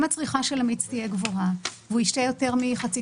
אם הצריכה של המיץ תהיה גבוהה והוא ישתה יותר מחצי